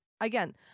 again